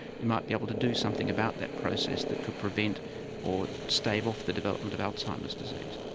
you might be able to do something about that process that could prevent or stave off the development of alzheimer's disease.